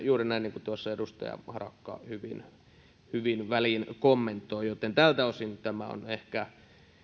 juuri näin niin kuin tuossa edustaja harakka hyvin hyvin väliin kommentoi joten tältä osin tämä on ehkä